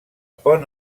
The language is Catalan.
pont